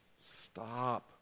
stop